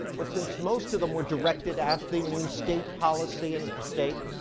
but since most of them were directed at the new state policy and at the state,